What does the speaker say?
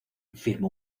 firmó